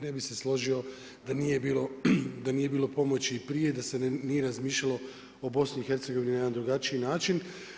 Ne bih se složio da nije bilo pomoći i prije, da se nije razmišljalo o BiH na jedan drugačiji način.